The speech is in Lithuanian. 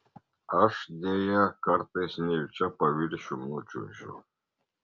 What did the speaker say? aš deja kartais nejučia paviršium nučiuožiu